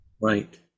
Right